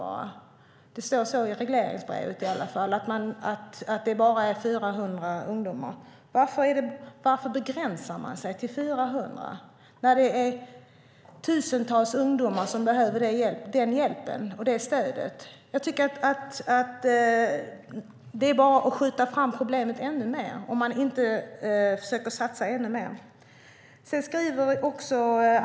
Det står i alla fall i regleringsbrevet att det bara är 400 ungdomar. Varför begränsar man sig till 400 när det finns tusentals ungdomar som behöver den hjälpen och det stödet? Jag tycker att det bara är att skjuta fram problemet om man inte försöker satsa ännu mer.